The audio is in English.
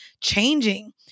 changing